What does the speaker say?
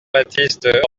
baptiste